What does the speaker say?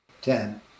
ten